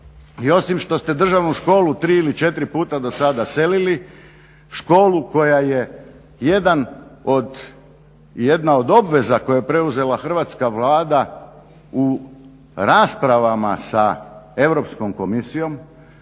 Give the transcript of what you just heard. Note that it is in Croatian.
osim što ste Državnu školu tri ili četiri puta do sada selili, školu koja je jedna od obveza koju je preuzela hrvatska Vlada u raspravama sa Europskom komisijom,